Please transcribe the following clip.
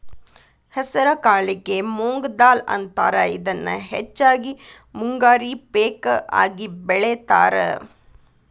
ಹೆಸರಕಾಳಿಗೆ ಮೊಂಗ್ ದಾಲ್ ಅಂತಾರ, ಇದನ್ನ ಹೆಚ್ಚಾಗಿ ಮುಂಗಾರಿ ಪೇಕ ಆಗಿ ಬೆಳೇತಾರ